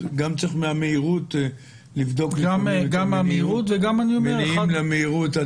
אז גם צריך מהמהירות לבדוק לפעמים מניעים למהירות.